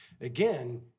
again